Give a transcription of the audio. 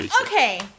Okay